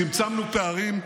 צמצמנו פערים,